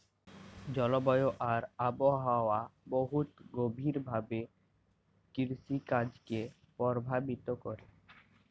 জলবায়ু আর আবহাওয়া বহুত গভীর ভাবে কিরসিকাজকে পরভাবিত ক্যরে